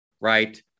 right